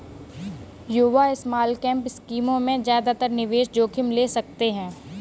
युवा स्मॉलकैप स्कीमों में ज्यादा निवेश जोखिम ले सकते हैं